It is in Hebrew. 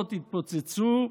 מכונות התפוצצו,